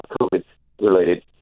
COVID-related